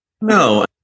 No